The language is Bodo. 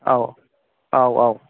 औ औ औ